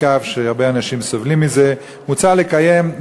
אני ביקשתי הנמקה מהמקום כי אין טעם להאריך בדברים.